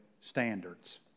standards